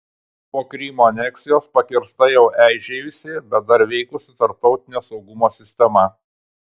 po krymo aneksijos pakirsta jau eižėjusi bet dar veikusi tarptautinė saugumo sistema